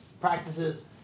practices